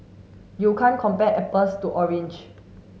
you can't compare apples to orange